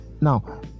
Now